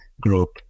group